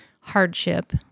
hardship